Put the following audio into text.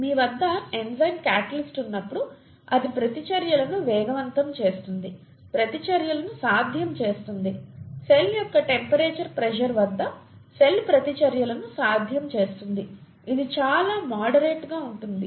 మీ వద్ద enzyme catalyst ఉన్నప్పుడు అది ప్రతిచర్యలను వేగవంతం చేస్తుంది ప్రతిచర్యలను సాధ్యం చేస్తుంది సెల్ యొక్క టెంపరేచర్ ప్రెషర్ వద్ద సెల్ ప్రతిచర్యలను సాధ్యం చేస్తుంది ఇది చాలా మోడరేట్ గా ఉంటుంది